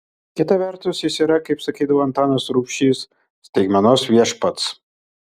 kita vertus jis yra kaip sakydavo antanas rubšys staigmenos viešpats